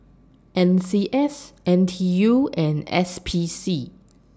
N C S N T U and S P C